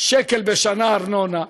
שקל בשנה ארנונה,